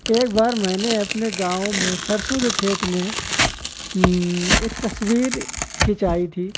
ایک بار میں نے اپنے گاؤں میں سرسوں کے کھیت میں ایک تصویر کھنچائی تھی